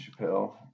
Chappelle